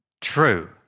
True